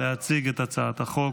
להציג את הצעת החוק,